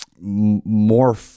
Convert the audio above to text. more